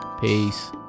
Peace